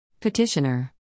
Petitioner